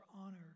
honor